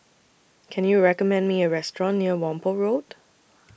Can YOU recommend Me A Restaurant near Whampoa Road